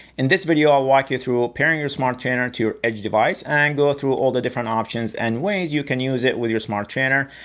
in this video i'll walk you through ah pairing your smart trainer to your edge device, and go through all the different options and ways you can use it with your smart trainer.